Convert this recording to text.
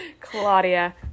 Claudia